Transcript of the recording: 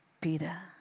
Peter